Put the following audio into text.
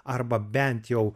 arba bent jau